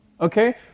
okay